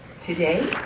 Today